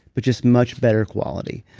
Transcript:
but just much better quality.